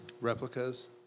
Replicas